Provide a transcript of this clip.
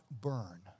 burn